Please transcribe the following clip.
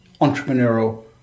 entrepreneurial